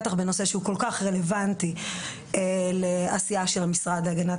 בטח בנושא שהוא כל כך רלוונטי לעשייה של המשרד להגנת